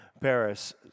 Paris